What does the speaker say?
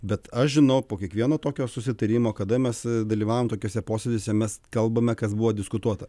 bet aš žinau po kiekvieno tokio susitarimo kada mes dalyvaujam tokiuose posėdžiuose mes kalbame kas buvo diskutuota